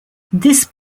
this